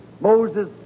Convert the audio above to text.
Moses